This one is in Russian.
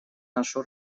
нашу